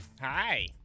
Hi